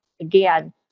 again